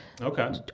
Okay